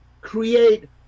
create